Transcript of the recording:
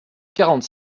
quarante